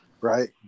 right